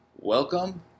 welcome